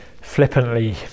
flippantly